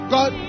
God